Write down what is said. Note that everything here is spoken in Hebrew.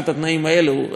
הראשון הוא הזוכה.